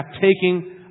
taking